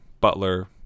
butler